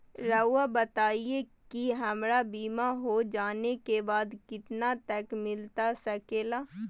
रहुआ बताइए कि हमारा बीमा हो जाने के बाद कितना तक मिलता सके ला?